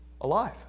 alive